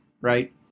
right